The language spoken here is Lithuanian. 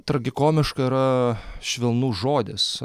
tragikomiška yra švelnus žodis